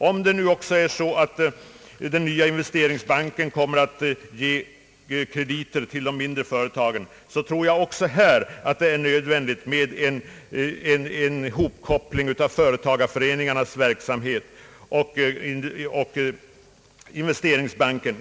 Om det nu också är så att den nya investeringsbanken kommer att ge krediter till de mindre företagen anser jag också här att det är nödvändigt med en hopkoppling av företagareföreningarnas verksamhet och investeringsbanken.